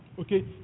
Okay